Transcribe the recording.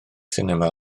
sinema